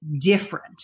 different